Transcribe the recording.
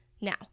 Now